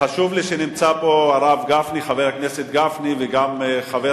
חשוב לי שנמצא פה הרב גפני, וגם חבר